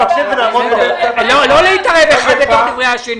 --- לא להתערב האחד בדברי השני.